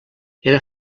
era